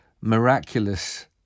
miraculous